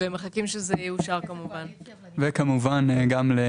כמובן שאנחנו מחכים שהחוק הזה יאושר במליאה.